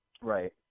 Right